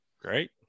Great